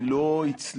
היא לא הצליחה.